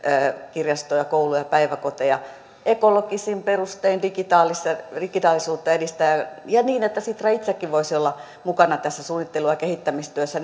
kirjastoja kouluja päiväkoteja ekologisin perustein digitaalisuutta digitaalisuutta edistäen ja niin että sitra itsekin voisi olla mukana tässä suunnittelu ja ja kehittämistyössä